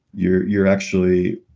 you're you're actually,